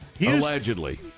allegedly